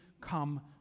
come